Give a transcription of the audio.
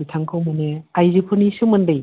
बिथांखौ माने आइजोफोरनि सोमोन्दै